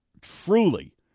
truly